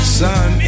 sun